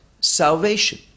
salvation